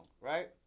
right